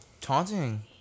taunting